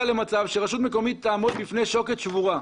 למצב שרשות מקומית תעמוד בפני שוקת שבורה.